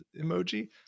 emoji